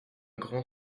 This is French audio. grand